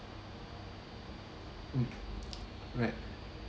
mm right